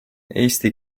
eesti